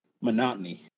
monotony